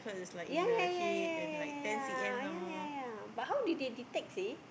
ya ya ya ya ya ya ya ya ya ya but how did they detect say